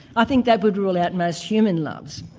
i think that would rule out most human loves.